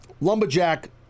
Lumberjack